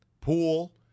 pool